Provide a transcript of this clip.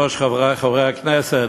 גברתי היושבת-ראש, חברי חברי הכנסת,